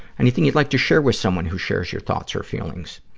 anything you'd like to share with someone who shares your thoughts or feelings?